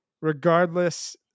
regardless